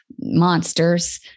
monsters